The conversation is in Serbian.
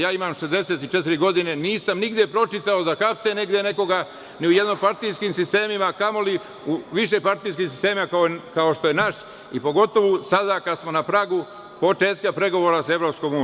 Ja imam 64 godine, nisam nigde pročitao da hapse negde nekoga, ni u jednopartijskim sistemima, a kamoli u višepartijskim sistemima kao što je naš i pogotovu sada kada smo na pragu početka pregovora sa EU.